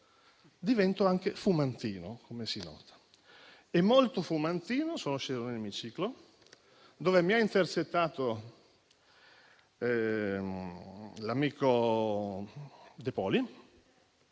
Divento anche fumantino, come si nota. E molto fumantino sono sceso nell'emiciclo, dove mi ha intercettato l'amico De Poli,